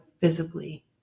visibly